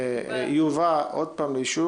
יובא עוד פעם לאישור